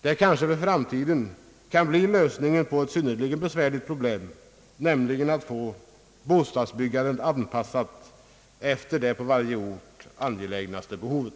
Det kanske för framtiden kan bli lösningen på ett synnerligen besvärligt problem, nämligen att få bostadsbyggandet anpassat efter det på varje ort angelägnaste behovet.